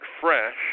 fresh